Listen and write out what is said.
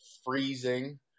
freezing